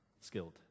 skilled